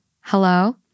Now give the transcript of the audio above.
Hello